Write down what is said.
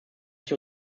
sich